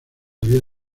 había